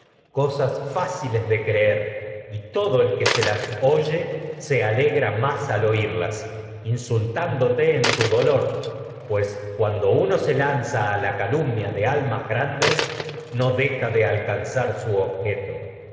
dice pues de creer y de ti cosas fáciles todo el que se las oye se alegra más uno al oírlas insultándote en tu dolor a pues cuando se lanza la calumnia de almas grandes no deja de alcanzar su objeto